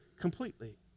completely